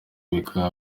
bikaba